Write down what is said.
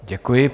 Děkuji.